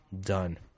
done